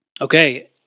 Okay